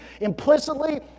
implicitly